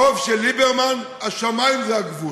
ועם הרוב של ליברמן השמים הם הגבול.